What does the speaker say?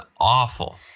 awful